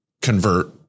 convert